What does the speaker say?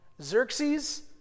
Xerxes